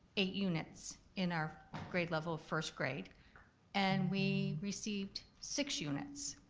eight units in our grade level of first grade and we received six units